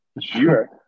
Sure